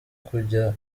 kujya